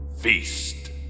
Feast